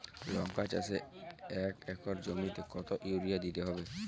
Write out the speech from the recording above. লংকা চাষে এক একর জমিতে কতো ইউরিয়া দিতে হবে?